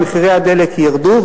שמחירי הדלק ירדו,